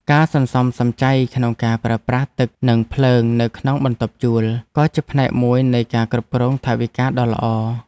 ការសន្សំសំចៃក្នុងការប្រើប្រាស់ទឹកនិងភ្លើងនៅក្នុងបន្ទប់ជួល ក៏ជាផ្នែកមួយនៃការគ្រប់គ្រងថវិកាដ៏ល្អ។